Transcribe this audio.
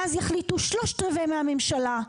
ואז יחליטו שלושת רבעי מהממשלה,